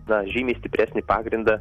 na žymiai stipresnį pagrindą